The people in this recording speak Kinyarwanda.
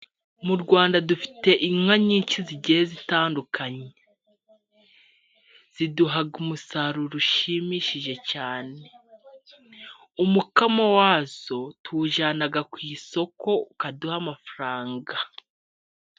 Mu Rwanda dufite inka nyinshi zigiye zitandukanye, ziduha umusaruro ushimishije cyane. Umukamo wazo tuwujyana ku isoko, ukaduha amafaranga.